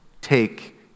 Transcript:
take